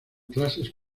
clases